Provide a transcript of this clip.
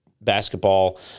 basketball